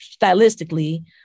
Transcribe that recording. stylistically